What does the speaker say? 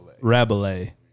Rabelais